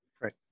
right